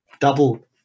double